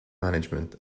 management